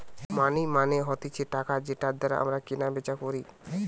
মানি মানে হতিছে টাকা যেটার দ্বারা আমরা কেনা বেচা করি